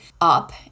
up